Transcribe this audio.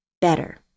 better